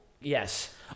Yes